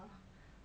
err